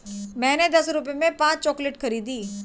मैंने दस रुपए में पांच चॉकलेट खरीदी